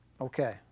Okay